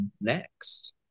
next